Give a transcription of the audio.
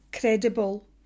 credible